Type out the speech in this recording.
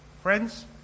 Friends